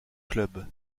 clubs